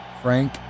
Frank